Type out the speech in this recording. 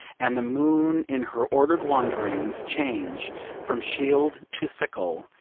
and the moon in her ordered wanderings change from shield to sickle,